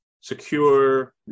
secure